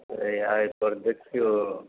तहि आइ पर देखियौ